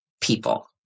people